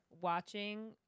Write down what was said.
watching